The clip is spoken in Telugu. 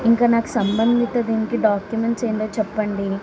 ఇంక నాకు సంబంధిత దీనికి డాక్యుమెంట్స్ ఏంటో చెప్పండి